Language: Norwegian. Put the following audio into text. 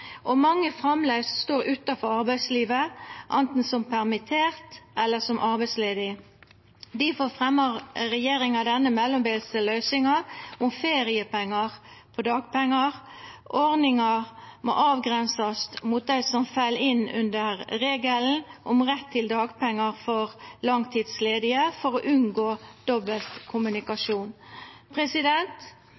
og at mange framleis står utanfor arbeidslivet, anten som permitterte eller som arbeidsledige. Difor fremjar regjeringa denne mellombelse løysinga med feriepengar på dagpengar. Ordninga må avgrensast mot dei som fell inn under regelen om rett til dagpengar for langtidsledige, for å unngå